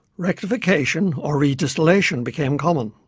rectification, or redistillation became common.